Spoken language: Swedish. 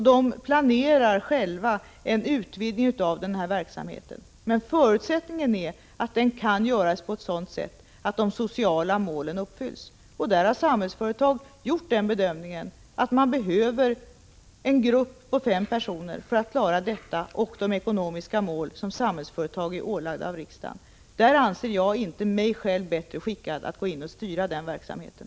De planerar själva en utvidgning av verksamheten. Men förutsättningen är att den kan genomföras på ett sådant sätt att de sociala målen uppfylls. Samhällsföretag har gjort den bedömningen att man behöver en grupp på fem personer för att klara detta mål och de ekonomiska mål som riksdagen ålagt Samhällsföretag. Jag anser inte att jag själv är bättre skickad än Samhällsföretag att styra den verksamheten.